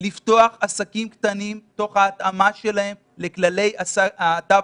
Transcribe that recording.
לפתוח עסקים קטנים תוך התאמתם לכללי התו